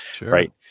right